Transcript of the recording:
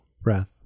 breath